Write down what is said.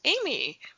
Amy